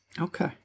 Okay